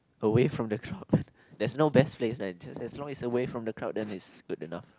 away from the crowd there's no best place man just as long is away from the crowd then is good enough